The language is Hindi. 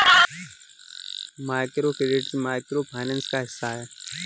माइक्रोक्रेडिट माइक्रो फाइनेंस का हिस्सा है